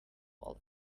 all